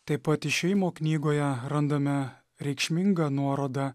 taip pat išėjimo knygoje randame reikšmingą nuorodą